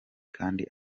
kandi